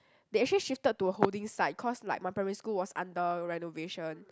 they actually shifted to a holding site cause like my primary school was under renovation